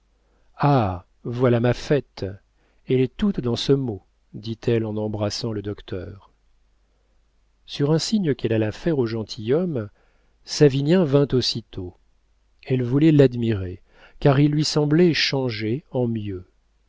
ah voilà ma fête elle est toute dans ce mot dit-elle en embrassant le docteur sur un signe qu'elle alla faire au gentilhomme savinien vint aussitôt elle voulait l'admirer car il lui semblait changé en mieux